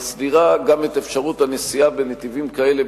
היא מסדירה גם את אפשרות הנסיעה בנתיבים כאלה,